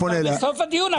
בוועדה